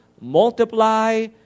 multiply